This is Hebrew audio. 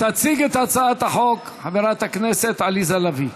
תציג את הצעת החוק חברת הכנסת עליזה לביא.